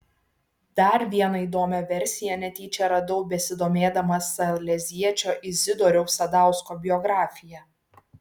dar vieną įdomią versiją netyčia radau besidomėdamas saleziečio izidoriaus sadausko biografija